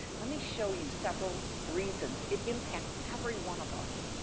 let me show you several reasons it impacts every one of us.